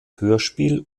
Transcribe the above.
hörspiel